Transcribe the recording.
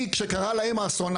היא כשקרה להם האסון,